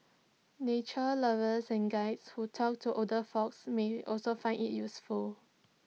nature lovers and Guides who talk to older folk may also find IT useful